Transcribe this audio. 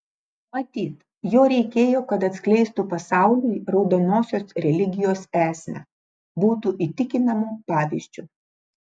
matyt jo reikėjo kad atskleistų pasauliui raudonosios religijos esmę būtų įtikinamu pavyzdžiu